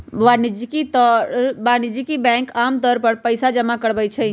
वाणिज्यिक बैंक आमतौर पर पइसा जमा करवई छई